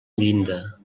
llinda